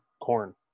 corn